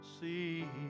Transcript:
see